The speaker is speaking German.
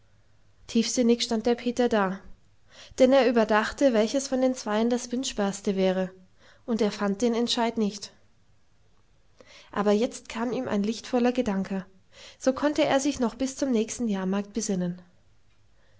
tiefsinnig stand der peter da denn er überdachte welches von den zweien das wünschbarste wäre und er fand den entscheid nicht aber jetzt kam ihm ein lichtvoller gedanke so konnte er sich noch bis zum nächsten jahrmarkt besinnen